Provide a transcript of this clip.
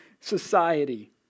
society